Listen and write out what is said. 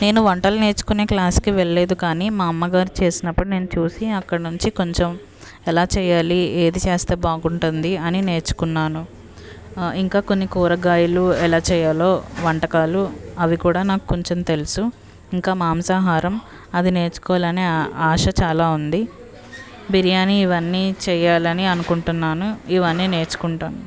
నేను వంటలు నేర్చుకునే క్లాస్కి వెళ్ళలేదు కానీ మా అమ్మగారు చేసినప్పుడు నేను చూసి అక్కడ నుంచి కొంచెం ఎలా చేయాలి ఏది చేస్తే బాగుంటుంది అని నేర్చుకున్నాను ఇంకా కొన్ని కూరగాయలు ఎలా చేయాలో వంటకాలు అవి కూడా నాకు కొంచెం తెలుసు ఇంకా మాంసాహారం అది నేర్చుకోవాలనే ఆశ చాలా ఉంది బిర్యాని ఇవన్నీ చేయాలని అనుకుంటున్నాను ఇవన్నీ నేర్చుకుంటాను